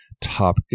top